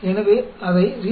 எனவே அதை 0